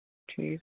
ٹھیٖک